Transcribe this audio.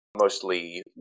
mostly